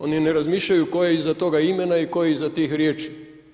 Oni ne razmišljaju tko je iza toga imena i tko je iza tih riječi.